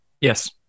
Yes